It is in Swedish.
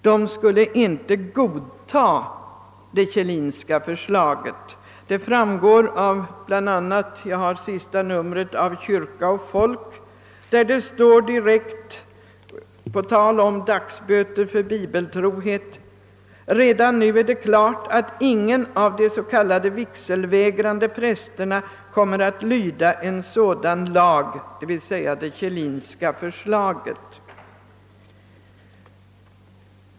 Detta framgår bland annat av en artikel i det senaste numret av Kyrka och Folk, där det står på tal om dagsböter för bibeltrohet: »För redan nu är det klart att ingen av de s.k. vigselvägrande präs terna kommer att lyda en sådan lag» — d.v.s. en lag enligt det Kjellinska förslaget.